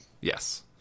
Yes